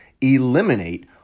eliminate